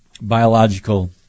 biological